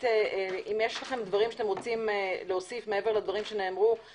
אם יש לכם דברים שאתם רוצים להוסיף מעבר לדברים שנאמרו,